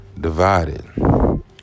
divided